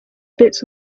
bits